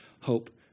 hope